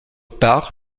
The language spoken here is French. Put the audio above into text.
part